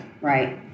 right